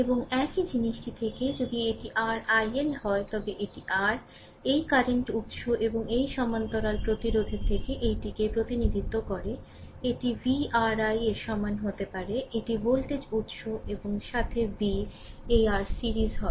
এবং একই জিনিসটি থেকে যদি এটি r I L হয় তবে এটি r এই কারেন্ট উত্স এবং এই সমান্তরাল প্রতিরোধের থেকে এইটিকে প্রতিনিধিত্ব করে এটি v r I এর সমান হতে পারে এটি ভোল্টেজ উত্স এবং সাথে v এই আর সিরিজ হয়